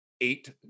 eight